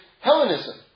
Hellenism